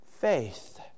faith